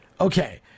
Okay